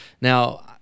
Now